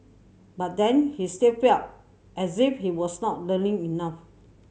but then he still felt as if he was not learning enough